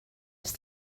ers